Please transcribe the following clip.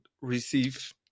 receive